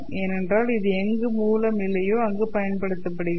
ஏனென்றால் இது எங்கு மூலம் இல்லையோ அங்கு பயன்படுத்தப்படுகிறது